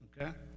Okay